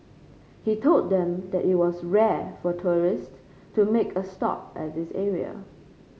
he told them that it was rare for tourists to make a stop at this area